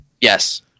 yes